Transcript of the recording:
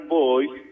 boys